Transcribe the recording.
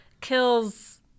kills